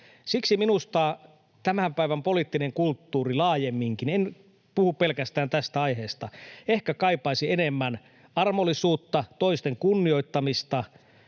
Siksi minusta tämän päivän poliittinen kulttuuri laajemminkin — en puhu pelkästään tästä aiheesta — ehkä kaipaisi enemmän armollisuutta, toisten kunnioittamista